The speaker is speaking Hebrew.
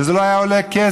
וזה לא היה עולה כסף.